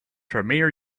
premier